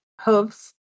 hooves